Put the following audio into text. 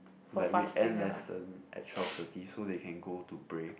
like we end lesson at twelve thirty so they can go to pray